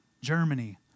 Germany